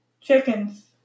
chickens